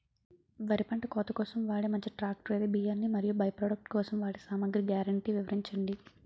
వరి పంట కోత కోసం వాడే మంచి ట్రాక్టర్ ఏది? బియ్యాన్ని మరియు బై ప్రొడక్ట్ కోసం వాడే సామాగ్రి గ్యారంటీ వివరించండి?